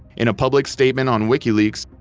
in a public statement on wikileaks,